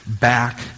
back